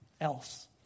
else